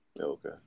Okay